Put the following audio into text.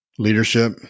leadership